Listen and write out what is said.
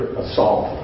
assault